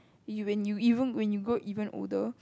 you when you when you grow even older